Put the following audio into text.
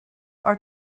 are